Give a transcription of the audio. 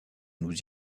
nous